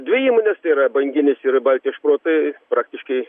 dvi įmonės tai yra banginis ir baltijos šprotai praktiškai